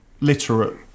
literate